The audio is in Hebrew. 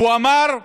הוא אמר במפורש: